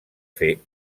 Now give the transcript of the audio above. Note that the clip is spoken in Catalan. fer